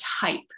type